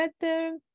better